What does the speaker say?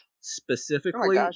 specifically